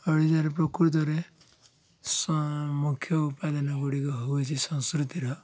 ଓଡ଼ିଶାର ପ୍ରକୃତରେ ମୁଖ୍ୟ ଉପାଦାନଗୁଡ଼ିକ ହେଉଛିି ସଂସ୍କୃତିର